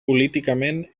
políticament